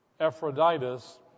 Ephroditus